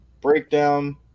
breakdown